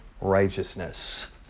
righteousness